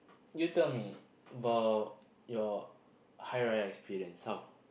you tell me about your Hari Raya experience how